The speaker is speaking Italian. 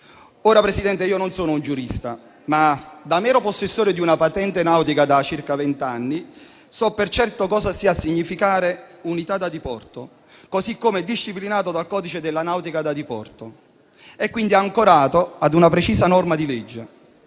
Presidente, non sono un giurista, ma, da mero possessore di una patente nautica da circa vent'anni, so per certo cosa stia a significare l'espressione "unità da diporto", così come disciplinato dal codice della nautica da diporto, quindi ancorata a una precisa norma di legge.